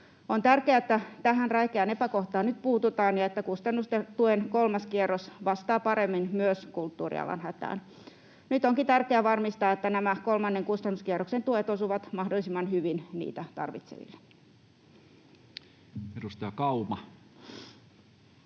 On tärkeää, että tähän räikeään epäkohtaan nyt puututaan ja että kustannustuen kolmas kierros vastaa paremmin myös kulttuurialan hätään. Nyt onkin tärkeää varmistaa, että nämä kolmannen kustannuskierroksen tuet osuvat mahdollisimman hyvin niitä tarvitseville. [Speech 163]